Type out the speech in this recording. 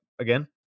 again